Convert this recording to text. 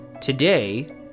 Today